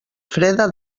freda